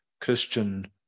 Christian